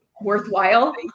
worthwhile